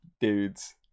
dudes